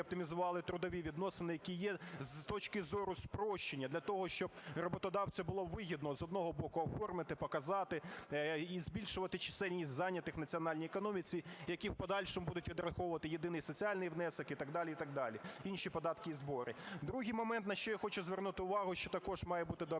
Другий момент, на що я хочу звернути увагу, що також має бути доопрацьовано